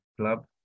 club